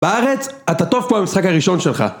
בארץ, אתה טוב פה במשחק הראשון שלך.